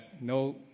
no